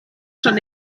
schon